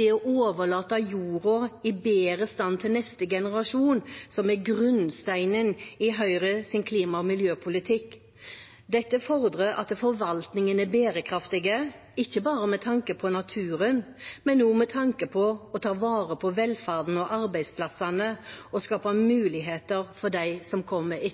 det å overlate jorden i bedre stand til neste generasjon, som er grunnsteinen i Høyres klima- og miljøpolitikk. Dette fordrer at forvaltningen er bærekraftig, ikke bare med tanke på naturen, men også med tanke på å ta vare på velferden og arbeidsplassene og skape muligheter for dem som kommer